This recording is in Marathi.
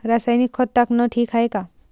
रासायनिक खत टाकनं ठीक हाये का?